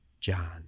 John